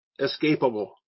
escapable